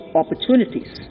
opportunities